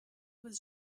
was